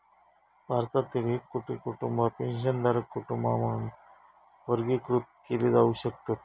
भारतातील एक कोटी कुटुंबा पेन्शनधारक कुटुंबा म्हणून वर्गीकृत केली जाऊ शकतत